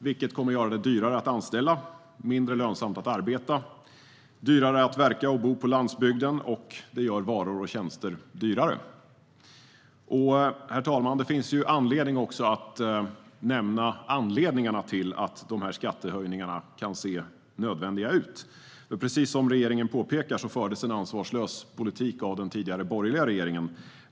Detta gör det dyrare att anställa, mindre lönsamt att arbeta och dyrare att verka och bo på landsbygden. Det gör också varor och tjänster dyrare. Herr talman! Det finns skäl att nämna anledningarna till att dessa skattehöjningar kan se nödvändiga ut. Precis som regeringen påpekar fördes en ansvarslös politik av den tidigare borgerliga regeringen.